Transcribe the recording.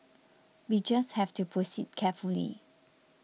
we just have to proceed carefully